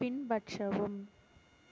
பின்பற்றவும்